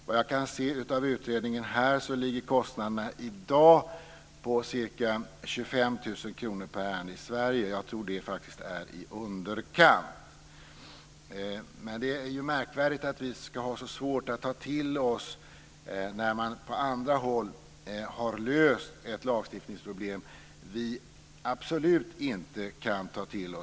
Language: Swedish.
Vad jag kan se av utredningen här, så ligger kostnaderna i dag på ca 25 000 kr per ärende i Sverige, men jag tror faktiskt att den siffran är tilltagen i underkant. Det är märkvärdigt att vi absolut inte kan ta till oss lösningar på lagstiftningsproblem som gjorts på andra håll.